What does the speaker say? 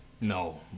No